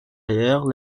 ailleurs